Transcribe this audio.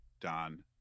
Don